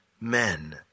men